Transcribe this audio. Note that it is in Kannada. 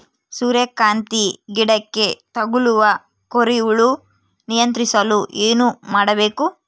ಸೂರ್ಯಕಾಂತಿ ಗಿಡಕ್ಕೆ ತಗುಲುವ ಕೋರಿ ಹುಳು ನಿಯಂತ್ರಿಸಲು ಏನು ಮಾಡಬೇಕು?